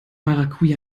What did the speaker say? maracuja